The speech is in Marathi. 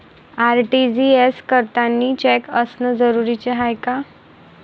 आर.टी.जी.एस करतांनी चेक असनं जरुरीच हाय का?